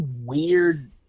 weird